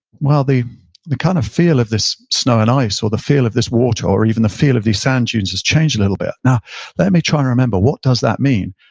well, the the kind of feel of this snow and ice, or the feel of this water, or even the feel of these sand dunes has changed a little bit. now let me try and remember what does that mean.